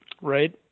right